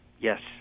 YES